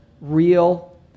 real